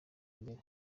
mbere